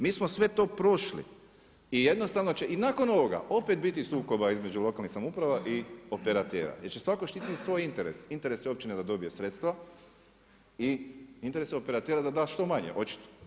Mi smo sve to prošli i jednostavno će nakon ovoga opet biti sukoba između lokalnih samouprava i operatera jer će svatko štititi svoj interes, interes je općine da dobije sredstva i interes je operatera je da da što manje, očito.